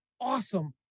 Awesome